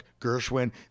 Gershwin